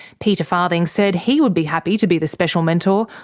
peter farthing said he would be happy to be the special mentor,